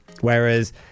whereas